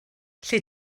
lle